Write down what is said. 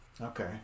Okay